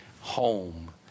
home